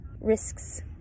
risks